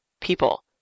People